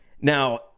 Now